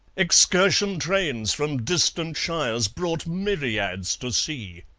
excursion trains from distant shires brought myriads to see.